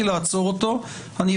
אתה לא